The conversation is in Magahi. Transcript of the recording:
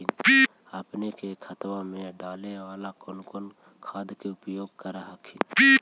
अपने के खेतबा मे डाले बाला कौन कौन खाद के उपयोग कर हखिन?